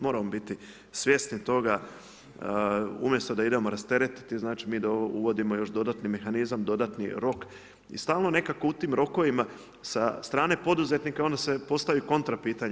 Moramo biti svjesni toga umjesto da idemo rasteretiti, mi uvodimo još dodatni mehanizam, dodatni tok i stalno nekako u tim rokovima sa strane poduzetnika onda se postavi kontra pitanje.